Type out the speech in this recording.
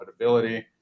profitability